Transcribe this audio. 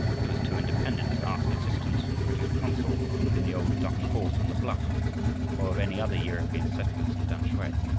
he was too independent to ask assistance from the british consul in the old dutch fort on the bluff, or of any other european settlers in tamsui.